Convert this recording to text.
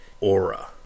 aura